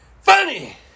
funny